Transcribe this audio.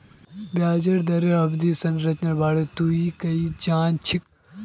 ब्याज दरेर अवधि संरचनार बारे तुइ की जान छि